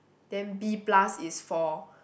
then B plus is four